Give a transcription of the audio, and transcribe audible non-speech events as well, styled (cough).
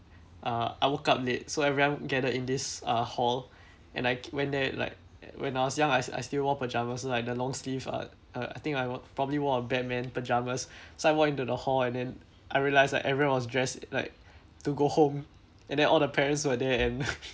uh I woke up late so everyone gathered in this uh hall and I went there like when I was young I I still wore pyjamas like the long sleeved uh uh I think I wore probably wore a batman pyjamas so I walk into the hall and then I realised like everyone was dressed like to go home and then all the parents were there and (laughs)